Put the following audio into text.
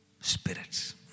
spirits